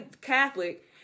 Catholic